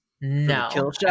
no